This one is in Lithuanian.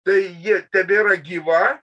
tai jie tebėra gyva